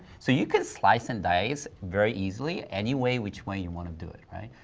so you can slice and dice very easily, any way, which way you want to do it, right?